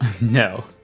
No